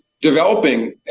developing